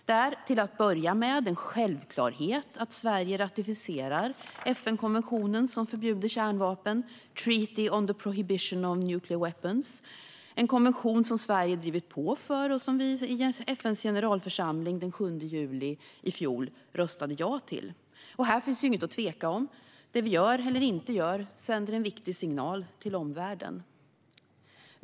Därför är det en självklarhet att Sverige till att börja med ratificerar FN-konventionen som förbjuder kärnvapen, Treaty on the Prohibition of Nuclear Weapons, en konvention som Sverige drivit på för och som vi i FN:s generalförsamling den 7 juli i fjol röstade ja till. Här finns inget att tveka om. Det vi gör eller inte gör sänder en viktig signal till omvärlden.